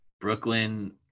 Brooklyn